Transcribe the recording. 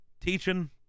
teaching